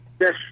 Yes